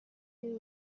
you